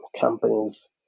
companies